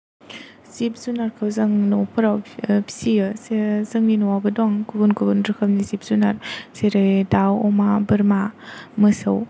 जिब जुनारफोर जों न'फोराव ओ फिसियो जेरै जोंनि न'आवबो दं गुबुन गुबुन रोखोमनि जिब जुनार जेरै दाउ अमा बोरमा मोसौ